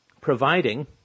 providing